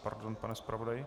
Pardon, pane zpravodaji.